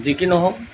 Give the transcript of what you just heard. যি কি নহওঁক